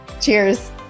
Cheers